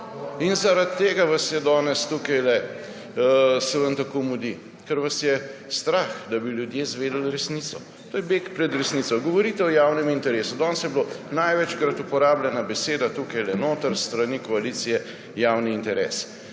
bo. Zaradi tega se vam danes tako mudi, ker vas je strah, da bi ljudje izvedel resnico. To je beg pred resnico. Govorite o javnem interesu. Danes je bilo največkrat uporabljena beseda tukaj s strani koalicije javni interes.